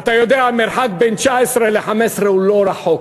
אתה יודע, המרחק בין 19 ל-15 הוא לא רחוק.